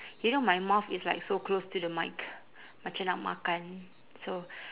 you know my mouth is like so close to the mic macam nak makan so